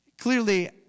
Clearly